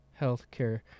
healthcare